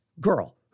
girl